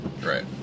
Right